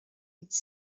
its